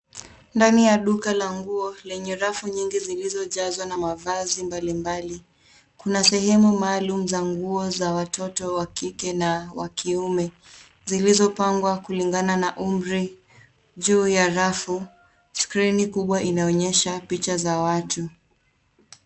Ndani ya duka la nguo lenye rafu nyingi zilizojazwa na mavazi mbalimbali. Kuna sehemu maalum za nguo za watoto wa kike na wa kiume zilizopangwa kulingana na umri juu ya rafu. Skrini kubwa inaonyesha picha za watu.